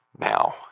now